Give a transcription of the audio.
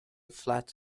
flat